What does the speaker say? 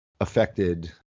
affected